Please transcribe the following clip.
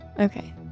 Okay